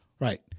right